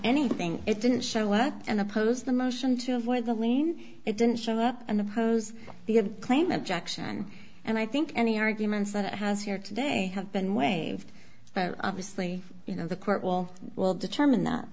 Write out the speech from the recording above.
anything it didn't show work and oppose the motion to avoid the mean it didn't show up and oppose the claim objection and i think any arguments that has here today have been waived but obviously you know the court will well determine that